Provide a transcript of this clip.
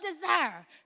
desire